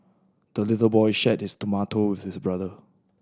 the little boy shared his tomato with his brother